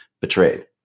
betrayed